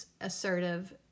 assertive